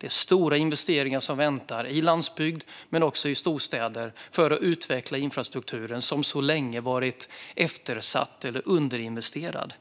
Det är stora investeringar som väntar i landsbygd men också i storstäder för att utveckla infrastrukturen, som så länge varit eftersatt eller underinvesterad.